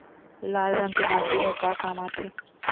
लाल रंग के माटी ह का काम आथे?